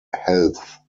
health